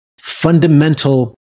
fundamental